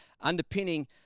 underpinning